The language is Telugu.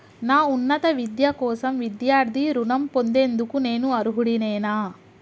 నా ఉన్నత విద్య కోసం విద్యార్థి రుణం పొందేందుకు నేను అర్హుడినేనా?